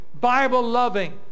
Bible-loving